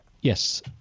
Yes